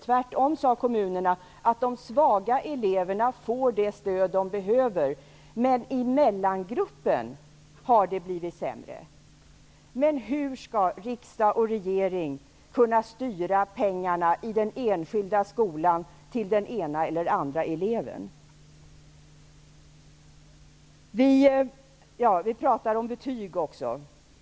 Tvärtom sade representanter för kommunerna att de svaga eleverna får det stöd som behövs, men för mellangruppen har det blivit sämre. Hur skall riksdag och regering kunna styra pengarna i den enskilda skolan till den ena eller andra eleven?